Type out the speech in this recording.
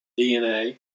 DNA